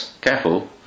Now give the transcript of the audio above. careful